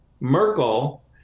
Merkel